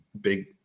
big